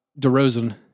DeRozan